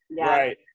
right